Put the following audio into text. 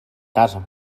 casa